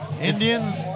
Indians